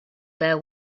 there